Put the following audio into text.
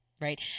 right